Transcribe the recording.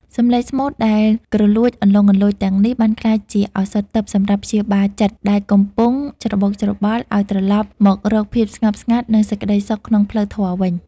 សម្លេងស្មូតដែលគ្រលួចលន្លង់លន្លោចទាំងនេះ បានក្លាយជាឱសថទិព្វសម្រាប់ព្យាបាលចិត្តដែលកំពុងច្របូកច្របល់ ឱ្យត្រឡប់មករកភាពស្ងប់ស្ងាត់ និងសេចក្តីសុខក្នុងផ្លូវធម៌វិញ។